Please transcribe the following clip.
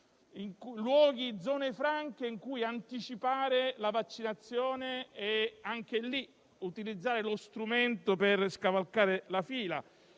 zone franche in cui anticipare la vaccinazione e, anche in quel caso, utilizzare lo strumento per scavalcare la fila,